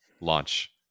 launch